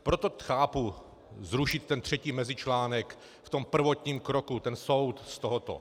Proto chápu zrušit ten třetí mezičlánek v tom prvotním kroku, ten soud z tohoto.